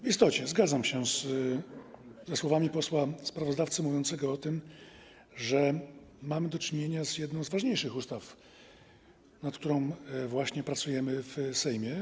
W istocie zgadzam się ze słowami posła sprawozdawcy mówiącego o tym, że mamy do czynienia z jedną z ważniejszych ustaw, nad którą właśnie pracujemy w Sejmie.